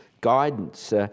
guidance